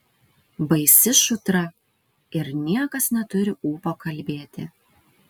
baisi šutra ir niekas neturi ūpo kalbėti